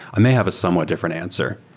i may have a somewhat different answer.